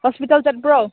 hospital ꯆꯠꯄ꯭ꯔꯣ